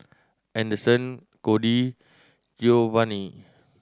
Anderson Codi Geovanni